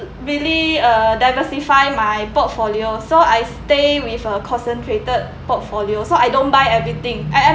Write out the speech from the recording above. really uh diversify my portfolio so I stay with a concentrated portfolio so I don't buy everything I I